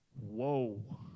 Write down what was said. whoa